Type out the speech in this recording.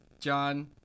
John